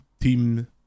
team